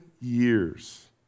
years